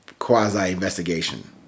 Quasi-investigation